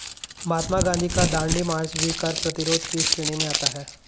महात्मा गांधी का दांडी मार्च भी कर प्रतिरोध की श्रेणी में आता है